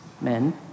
men